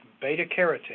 beta-carotene